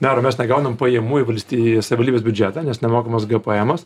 mero mes negaunam pajamų į valsty į savivaldybės biudžetą nes nemokamas gėpėemas